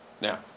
Now